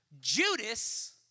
Judas